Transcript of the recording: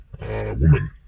woman